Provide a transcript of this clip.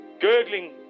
gurgling